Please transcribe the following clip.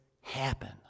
happen